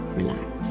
relax